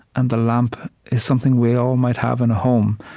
and the lamp is something we all might have in a home.